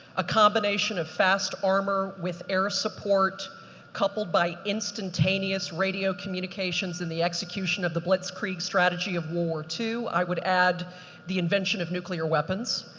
a combination of fast armor with air support coupled by instantaneous radio communications. in the execution of the blitzkrieg strategy of world war two. i would add the invention of nuclear weapons.